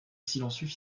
silencieux